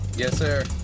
yes, sir.